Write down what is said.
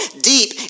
deep